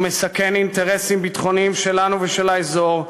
הוא מסכן אינטרסים ביטחוניים שלנו ושל האזור.